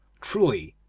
truly,